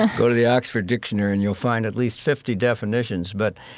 ah go to the oxford dictionary and you'll find at least fifty definitions, but,